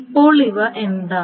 ഇപ്പോൾ ഇവ എന്താണ്